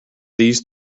these